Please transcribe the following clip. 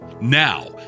Now